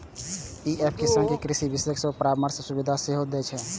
ई app किसान कें कृषि विशेषज्ञ सं परामर्शक सुविधा सेहो दै छै